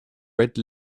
red